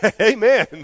Amen